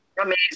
amazing